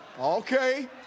okay